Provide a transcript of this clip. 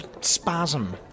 spasm